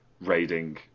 raiding